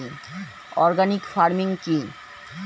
Organic farming কি?